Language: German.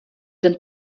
sind